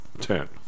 ten